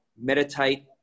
meditate